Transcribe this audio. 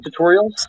tutorials